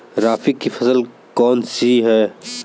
खरीफ की फसल कौन सी है?